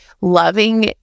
loving